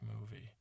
movie